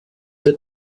the